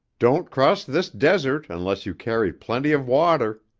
don't cross this desert unless you carry plenty of water.